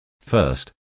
First